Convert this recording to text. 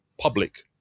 public